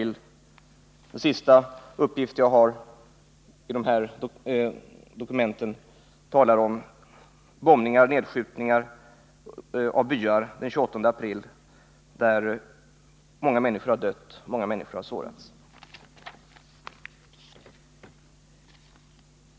Den sista uppgiften jag har i de här dokumenten talar om bombningar och beskjutningar av byar den 28 april, då många människor har dött, många människor har sårats.